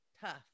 tough